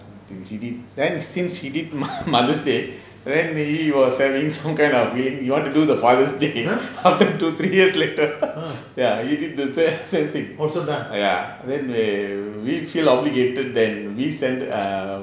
he did then since he did mother's day then maybe he was having some kind of thing he want do the father's day two three years later ya he did the same thing ya then they we feel obligated then we send err